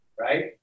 Right